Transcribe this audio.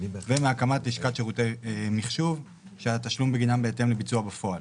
ומהקמת לשכת שירותי מחשוב שהתשלום בגינם בהתאם לביצוע בפועל.